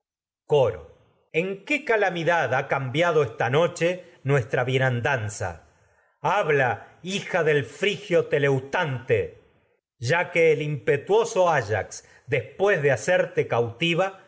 coro en qué calamidad ha cambiado esta noche nuestra bienandanza habla hija del frigio teleutante tragedias de sófocles ya que te el impetuoso para que áyax después de hacerte cautiva